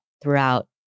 throughout